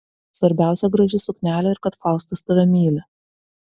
svarbiausia graži suknelė ir kad faustas tave myli